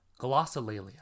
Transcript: Glossolalia